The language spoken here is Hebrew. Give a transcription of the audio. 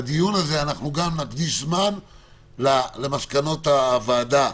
בדיון הזה אנחנו גם נקדיש זמן למסקנות הוועדה,